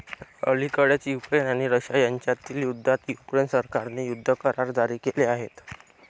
अलिकडेच युक्रेन आणि रशिया यांच्यातील युद्धात युक्रेन सरकारने युद्ध करार जारी केले आहेत